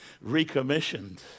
recommissioned